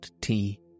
tea